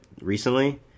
recently